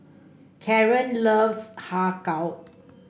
Caron loves Har Kow